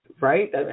right